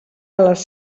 les